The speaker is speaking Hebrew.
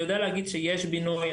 ככל שיוגדלו מקומות הכליאה,